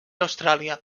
austràlia